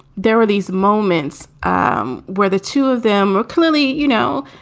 there were these moments um where the two of them were clearly, you know,